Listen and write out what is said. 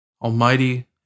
Almighty